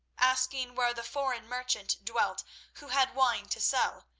asking where the foreign merchant dwelt who had wine to sell,